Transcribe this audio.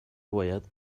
باید